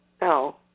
No